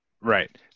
right